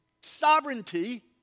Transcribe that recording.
sovereignty